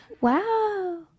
Wow